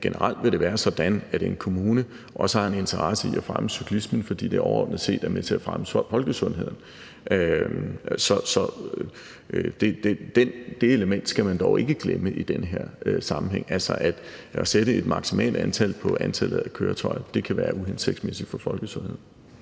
generelt vil være sådan, at en kommune også har en interesse i at fremme cyklismen, fordi det overordnet set er med til at fremme folkesundheden. Så det element skal man ikke glemme i den her sammenhæng, altså at det at sætte en øvre grænse for antallet af køretøjer kan være uhensigtsmæssigt for folkesundheden.